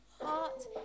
heart